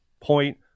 point